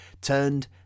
turned